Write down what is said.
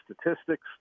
statistics